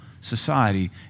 society